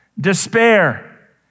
despair